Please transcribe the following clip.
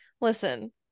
listen